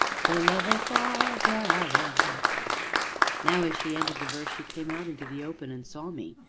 for love of barbara allen now, as she ended the verse, she came out into the open, and saw me,